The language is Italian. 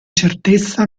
certezza